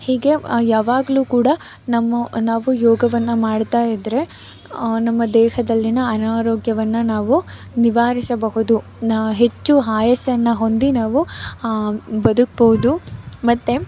ಹೀಗೆ ಯಾವಾಗಲೂ ಕೂಡ ನಮ್ಮ ನಾವು ಯೋಗವನ್ನು ಮಾಡುತ್ತಾಯಿದ್ದರೆ ನಮ್ಮ ದೇಹದಲ್ಲಿನ ಅನಾರೋಗ್ಯವನ್ನು ನಾವು ನಿವಾರಿಸಬಹುದು ಹೆಚ್ಚು ಆಯಸ್ಸನ್ನು ಹೊಂದಿ ನಾವು ಬದುಕ್ಬೌದು ಮತ್ತು